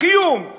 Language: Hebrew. קיום,